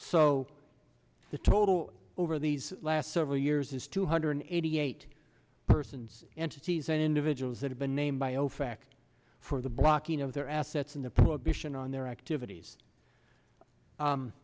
so the total over these last several years is two hundred eighty eight persons entities and individuals that have been named by ofac for the blocking of their assets in the prohibition on their activities